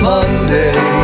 Monday